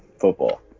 football